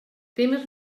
temes